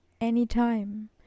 anytime